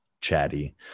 chatty